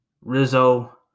Rizzo